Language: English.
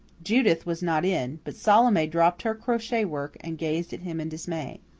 judith was not in, but salome dropped her crochet-work and gazed at him in dismay.